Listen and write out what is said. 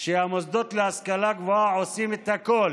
שהמוסדות להשכלה גבוהה עושים הכול